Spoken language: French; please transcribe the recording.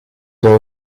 doit